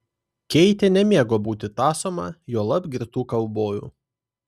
keitė nemėgo būti tąsoma juolab girtų kaubojų